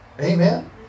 Amen